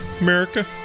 America